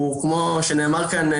כמו שנאמר כאן,